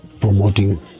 promoting